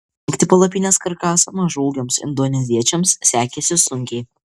rinkti palapinės karkasą mažaūgiams indoneziečiams sekėsi sunkiai